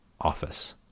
office